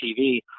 TV